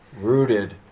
rooted